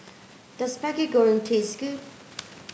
does Maggi Goreng taste good